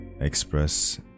express